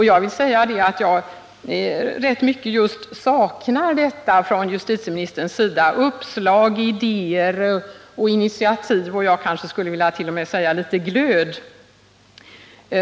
Jag saknar rätt mycket just uppslag, idéer och initiativ och jag kanske t.o.m. skulle vilja säga litet glöd från justitieministerns sida.